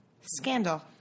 Scandal